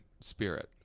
spirit